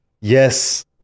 Yes